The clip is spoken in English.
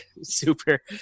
super